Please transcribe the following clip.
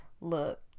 look